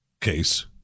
case